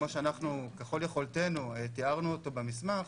שככל יכולתנו תיארנו אותו במסמך,